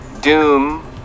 doom